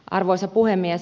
arvoisa puhemies